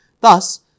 Thus